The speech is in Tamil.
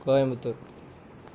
கோயம்புத்தூர்